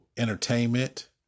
entertainment